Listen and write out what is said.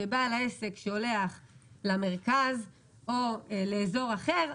כשבעל העסק שולח למרכז או לאזור אחר,